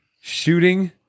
shooting